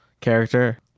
character